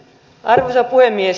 arvoisa puhemies